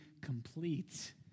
complete